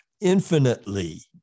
infinitely